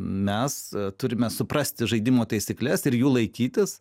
mes turime suprasti žaidimo taisykles ir jų laikytis